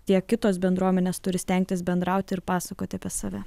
tiek kitos bendruomenės turi stengtis bendrauti ir pasakoti apie save